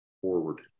forward